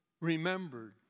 remembered